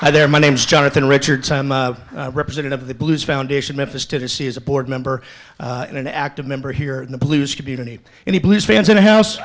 there my name is jonathan richards representative of the blues foundation memphis tennessee is a board member and an active member here in the blues to beat any any blues fans in the house